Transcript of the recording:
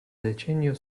decennio